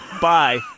bye